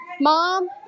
mom